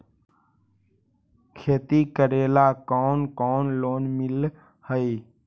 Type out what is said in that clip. खेती करेला कौन कौन लोन मिल हइ?